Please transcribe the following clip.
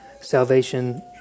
salvation